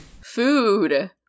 Food